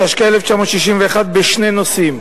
התשכ"א 1961, בשני נושאים.